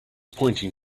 pointing